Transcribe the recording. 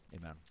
amen